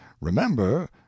remember